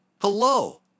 Hello